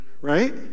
right